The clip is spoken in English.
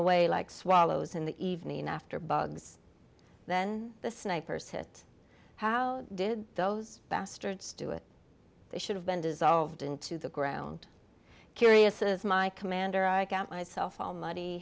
away like swallows in the evening after bugs then the snipers hit how did those bastards do it they should have been dissolved into the ground curious as my commander i count myself all muddy